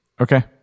okay